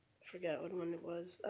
forget what one it was.